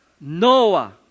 Noah